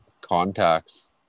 contacts